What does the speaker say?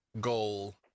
goal